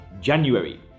January